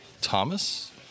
Thomas